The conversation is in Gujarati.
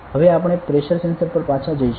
હવે આપણે પ્રેશર સેન્સર પર પાછા જઈશું